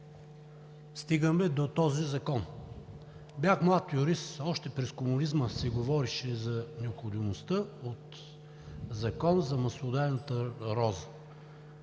стигаме до този закон. Бях млад юрист – още през комунизма се говореше за необходимостта от Закон за маслодайната роза.